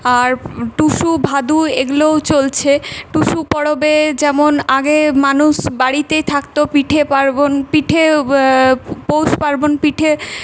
আর টুসু ভাদু এগুলোও চলছে টুসু পরবে যেমন আগে মানুষ বাড়িতেই থাকত পিঠে পার্বণ পিঠে পৌষ পার্বণ পিঠে